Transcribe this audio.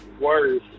worse